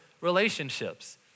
relationships